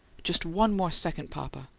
just one more second, papa.